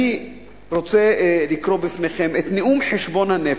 אני רוצה לקרוא בפניכם את נאום חשבון הנפש,